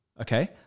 okay